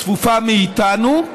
צפופה מאיתנו.